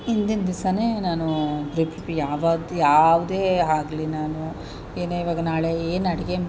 ಇಂದಿನ ದಿವಸವೇ ನಾನು ಪ್ರಿ ಯಾವುದು ಯಾವುದೇ ಆಗಲಿ ನಾನು ಏನೇ ಇವಾಗ ನಾಳೆ ಏನು ಅಡುಗೆ